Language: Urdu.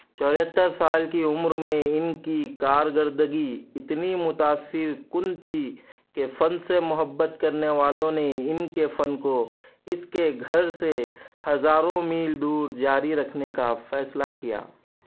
چوہتر سال کی عمر میں ان کی کارگردگی اتنی متاثر کن تھی کہ فن سے محبت کرنے والوں نے ان کے فن کو اس کے گھر سے ہزاروں میل دور جاری رکھنے کا فیصلہ کیا